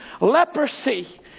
leprosy